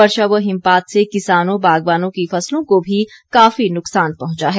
वर्षा व हिमपात से किसानों बागवानों की फसलों को भी काफी नुकसान पहुंचा है